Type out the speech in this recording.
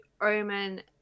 Omen